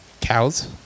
Cows